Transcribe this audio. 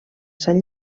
sant